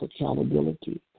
accountability